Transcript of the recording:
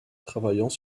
travaillant